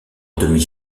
demi